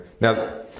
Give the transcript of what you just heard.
now